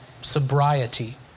sobriety